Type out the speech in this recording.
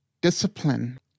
discipline